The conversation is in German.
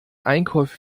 einkäufe